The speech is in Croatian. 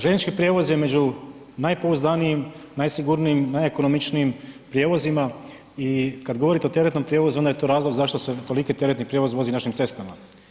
Željeznički prijevoz je među najpouzdanijim, najsigurnijim, najekonomičnijim prijevozima i kada govorite o teretnom prijevozu onda je to razlog zašto se toliki teretni prijevoz vozi našim cestama.